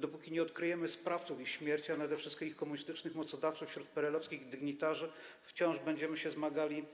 Dopóki nie odkryjemy sprawców ich śmierci, a nade wszystko ich komunistycznych mocodawców, wśród PRL-owskich dygnitarzy, wciąż będziemy się zmagali